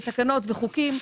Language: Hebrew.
תקנות וחוקים,